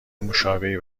مشابهی